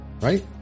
Right